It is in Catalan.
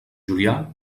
julià